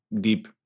deep